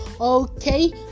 okay